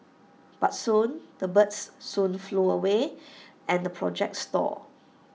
but soon the birds soon flew away and the project stalled